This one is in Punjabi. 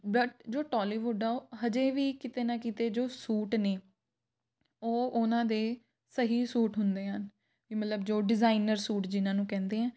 ਬਟ ਜੋ ਟੋਲੀਵੁੱਡ ਆ ਉਹ ਹਜੇ ਵੀ ਕਿਤੇ ਨਾ ਕਿਤੇ ਜੋ ਸੂਟ ਨੇ ਉਹ ਉਹਨਾਂ ਦੇ ਸਹੀ ਸੂਟ ਹੁੰਦੇ ਹਨ ਵੀ ਮਤਲਬ ਜੋ ਡਿਜ਼ਾਇਨਰ ਸੂਟ ਜਿਨ੍ਹਾਂ ਨੂੰ ਕਹਿੰਦੇ ਹੈ